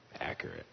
accurate